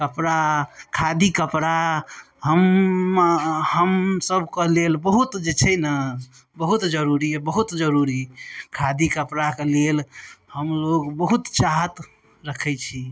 कपड़ा खादी कपड़ा हम हमसभके लेल बहुत जे छै ने बहुत जरूरी यऽ बहुत जरूरी खादी कपड़ाके लेल हमलोग बहुत चाहत रखै छी